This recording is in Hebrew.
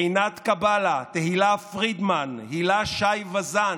עינב קאבלה, תהלה פרידמן, הילה שי וזאן: